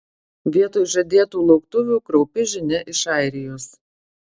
vietoj žadėtų lauktuvių kraupi žinia iš airijos